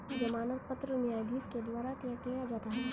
जमानत पत्र न्यायाधीश के द्वारा तय किया जाता है